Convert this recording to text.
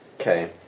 okay